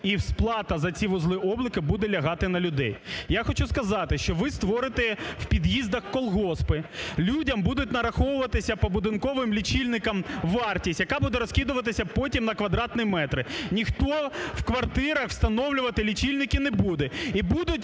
і сплата за ці вузли обліку буде лягати на людей. Я хочу сказати, що ви створите в під'їздах колгоспи. Людям буде нараховуватися по будинковим лічильникам вартість, яка буде розкидуватися потім на квадратні метри. Ніхто в квартирах встановлювати лічильники не буде. І будуть